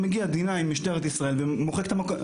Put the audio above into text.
מגיעה המדינה עם משטרת ישראל ומוחקת את המקום,